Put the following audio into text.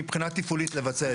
עוד עובדים של חלוקה,